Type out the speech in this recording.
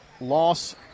loss